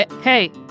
hey